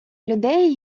людей